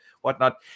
whatnot